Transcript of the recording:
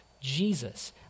Jesus